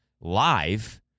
live